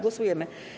Głosujemy.